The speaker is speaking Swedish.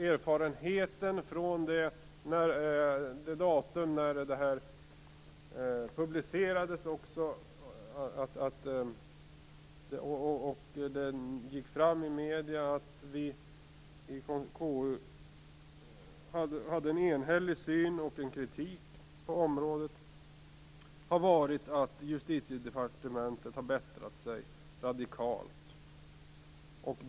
Erfarenheten från det datum då detta publicerades, och det gick fram i medierna att KU hade en enhällig syn och en kritik på området har varit att justitiedepartementet har bättrat sig radikalt.